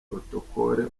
protocol